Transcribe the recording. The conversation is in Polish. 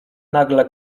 nagle